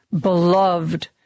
beloved